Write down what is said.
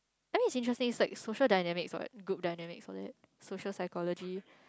I mean it's interesting it's like social dynamics what group dynamics all that social psychology